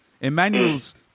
Emmanuel's